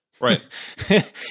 right